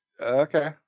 okay